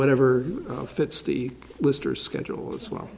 whatever fits the lister schedule as well